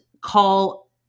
call